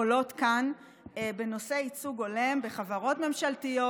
עולות כאן בנושא ייצוג הולם בחברות ממשלתיות,